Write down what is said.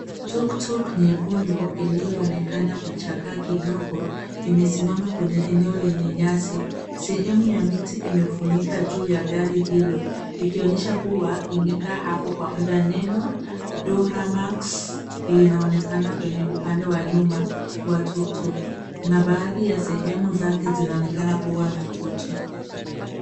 Tuktuk nyekundu iliyoonekana kuchakaa kidogo imesimama kwenye eneo lenye nyasi. sehemu ya miti imefunika juu ya gari hilo ikionyesha kuwa imekaa hapo kwa muda. Neno duramax linaonekana kwenye upande wa nyuma wa tuktuk na baadhi ya sehemu zake zinaonekana kuwa na kutu.